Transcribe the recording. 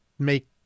make